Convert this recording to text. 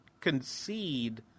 concede